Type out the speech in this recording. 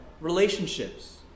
relationships